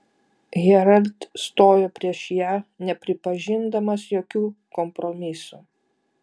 herald stojo prieš ją nepripažindamas jokių kompromisų